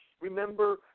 remember